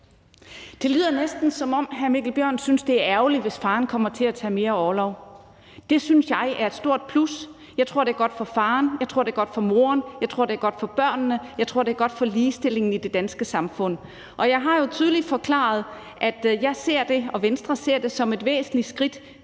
Det lyder næsten, som om hr. Mikkel Bjørn synes, det er ærgerligt, hvis faren kommer til at tage mere orlov. Jeg synes, det er et stort plus. Jeg tror, det er godt for faren, jeg tror, det er godt for moren, jeg tror, det er godt for børnene, og jeg tror, det er godt for ligestillingen i det danske samfund. Jeg har jo tydeligt forklaret, at jeg og Venstre ser det som et væsentligt skridt